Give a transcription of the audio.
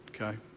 Okay